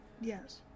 Yes